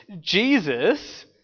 Jesus